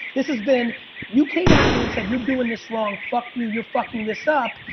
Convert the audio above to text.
this has been you came at me and said, you're doing this wrong. fuck you. you're fucking this up,